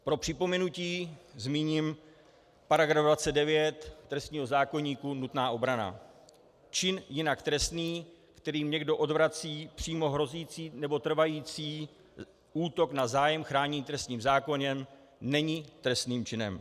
Pro připomenutí zmíním § 29 trestního zákoníku, nutná obrana: Čin jinak trestný, kterým někdo odvrací přímo hrozící nebo trvající útok na zájem chráněný trestním zákonem, není trestným činem.